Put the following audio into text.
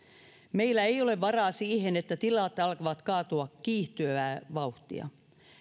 meillä ei ole varaa siihen että tilat alkavat kaatua kiihtyvää vauhtia